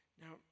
now